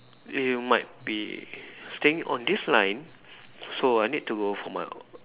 you might be staying on this line so I need to go for my